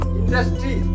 industry